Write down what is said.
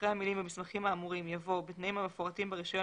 אחרי המלים "במסמכים האמורים" יבוא "בתנאים המפורטים ברישיון